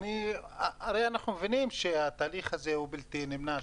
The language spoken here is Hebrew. הרי אנחנו מבינים שהתהליך הזה הוא בלתי נמנע,